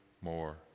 more